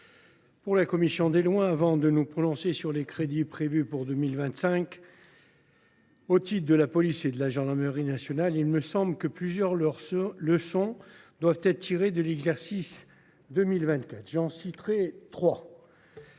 chers collègues, avant de nous prononcer sur les crédits prévus pour 2025 au titre de la police et de la gendarmerie nationales, il me semble que plusieurs leçons doivent être tirées de l’exercice 2024. J’en citerai trois.